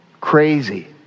Crazy